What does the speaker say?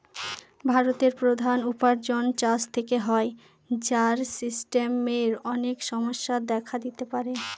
ভারতের প্রধান উপার্জন চাষ থেকে হয়, যার সিস্টেমের অনেক সমস্যা দেখা দিতে পারে